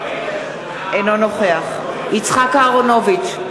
אינו נוכח יצחק אהרונוביץ,